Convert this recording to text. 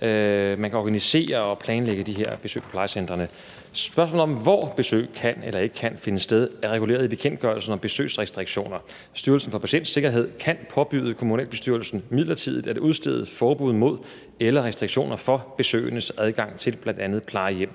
man kan organisere og planlægge de her besøg på plejecentrene. Spørgsmålet om, hvor besøg kan eller ikke kan finde sted, er reguleret i bekendtgørelsen om besøgsrestriktioner. Styrelsen for Patientsikkerhed kan påbyde kommunalbestyrelsen midlertidigt at udstede forbud mod eller restriktioner for besøgendes adgang til bl.a. plejehjem.